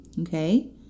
Okay